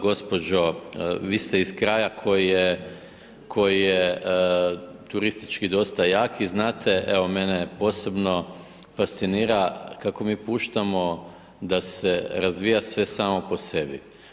Gđo. vi ste iz kraja koji je turistički dosta jak i znate, evo mene posebno fascinira kako mi puštamo da se razvija sve samo po sebi.